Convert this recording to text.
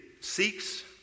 seeks